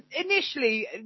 initially